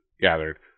gathered